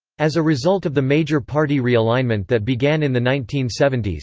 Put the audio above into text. as a result of the major party realignment that began in the nineteen seventy s,